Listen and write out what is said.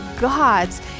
God's